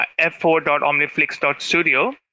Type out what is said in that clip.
f4.omniflix.studio